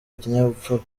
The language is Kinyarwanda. ikinyabupfura